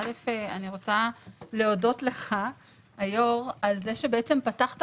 רוצה להודות לך היושב ראש על זה שאתה פתחת